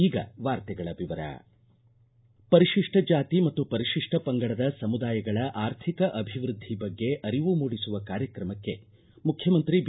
ಈಗ ವಾರ್ತೆಗಳ ವಿವರ ಪರಿಶಿಷ್ಷ ಜಾತಿ ಮತ್ತು ಪರಿಶಿಷ್ಷ ಪಂಗಡದ ಸಮುದಾಯಗಳ ಆರ್ಥಿಕ ಅಭಿವೃದ್ದಿ ಬಗ್ಗೆ ಅರಿವು ಮೂಡಿಸುವ ಕಾರ್ಯಕ್ರಮಕ್ಕೆ ಮುಖ್ಯಮಂತ್ರಿ ಬಿ